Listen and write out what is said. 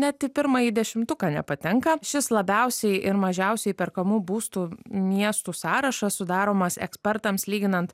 net į pirmąjį dešimtuką nepatenka šis labiausiai ir mažiausiai įperkamų būstų miestų sąrašas sudaromas ekspertams lyginant